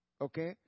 Okay